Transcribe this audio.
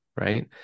Right